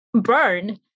burn